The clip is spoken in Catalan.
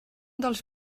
dels